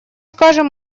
скажем